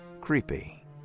Creepy